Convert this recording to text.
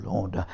Lord